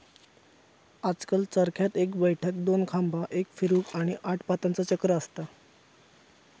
आजकल चरख्यात एक बैठक, दोन खांबा, एक फिरवूक, आणि आठ पातांचा चक्र असता